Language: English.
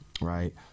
right